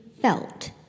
felt